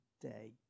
day